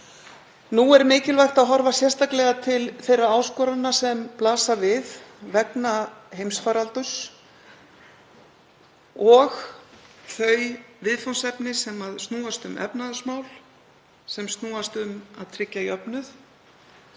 Nú er mikilvægt að horfa sérstaklega til þeirra áskorana sem blasa við vegna heimsfaraldurs og þeirra viðfangsefna sem snúast um efnahagsmál, sem snúast um að tryggja jöfnuð,